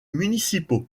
municipaux